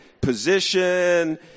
position